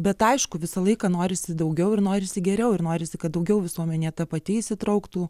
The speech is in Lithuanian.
bet aišku visą laiką norisi daugiau ir norisi geriau ir norisi kad daugiau visuomenė ta pati įsitrauktų